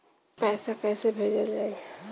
पैसा कैसे भेजल जाइ?